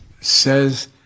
says